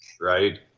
right